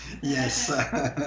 Yes